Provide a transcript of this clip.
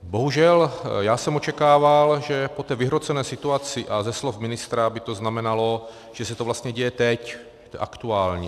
Bohužel jsem očekával, že po té vyhrocené situaci, a ze slov ministra by to znamenalo, že se to vlastně děje teď, že je to aktuální.